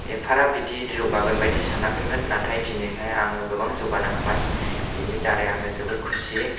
एफाग्राब बिदि जौगागोन बायदि सानाखैमोन नाथाय दिनैहाय आङो गोबां जौगानो हाबाय बिनि दारै आङो जोबोद खुसि